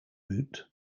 route